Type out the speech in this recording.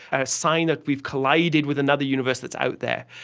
a sign that we've collided with another universe that's out there.